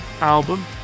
album